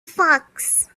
fox